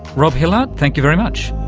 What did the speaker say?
rob hillard, thank you very much.